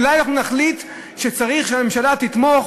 אולי אנחנו נחליט שצריך שהממשלה תתמוך